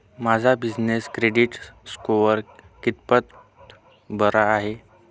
माझा business credit score कितपत बरा आहे?